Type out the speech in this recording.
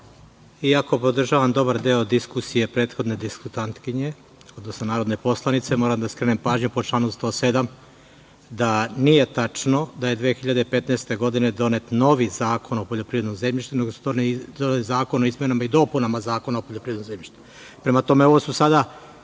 podržavam dobar deo diskusije prethodne diskutantkinje, odnosno narodne poslanice, moram da skrenem pažnju po članu 107. da nije tačno da je 2015. godine donet novi Zakon o poljoprivrednom zemljištu, nego se to zove Zakon o izmenama i dopunama Zakona o poljoprivrednom zemljištu.